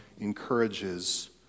encourages